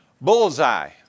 Bullseye